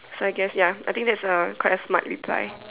so I guess ya I think that's a quite a smart reply